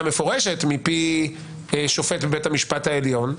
מפורשת מפי שופט בבית המשפט העליון,